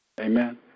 Amen